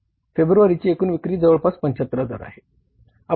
फेब्रुवारीची एकूण विक्री जवळपास 75000 आहे